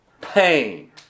pain